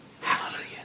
hallelujah